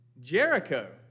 Jericho